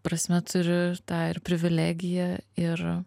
prasme turiu ir tą ir privilegiją ir